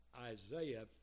Isaiah